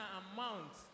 amount